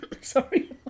Sorry